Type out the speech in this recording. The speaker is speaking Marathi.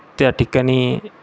त्या ठिकाणी